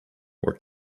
where